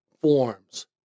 forms